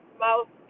mouth